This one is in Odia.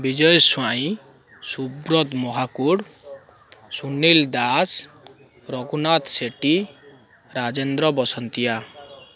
ବିଜୟ ସ୍ୱାଇଁ ସୁବ୍ରତ ମହାକୁଡ଼ ସୁନିଲ୍ ଦାସ ରଘୁନାଥ ସେଠୀ ରାଜେନ୍ଦ୍ର ବସନ୍ତିଆ